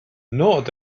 nod